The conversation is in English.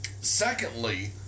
Secondly